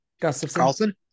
Carlson